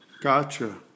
gotcha